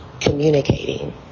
communicating